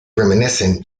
reminiscent